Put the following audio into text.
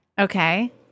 Okay